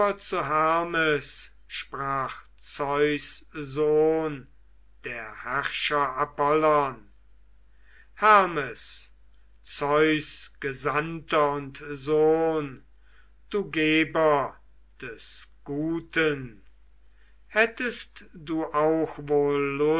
sprach zeus sohn der herrscher apollon hermes zeus gesandter und sohn du geber des guten hättest du auch wohl